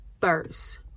first